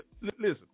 listen